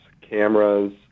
cameras